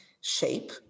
shape